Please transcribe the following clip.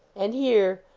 and here,